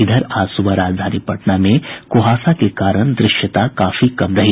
इधर आज सुबह राजधानी पटना में कुहासा के कारण द्रश्यता काफी कम रही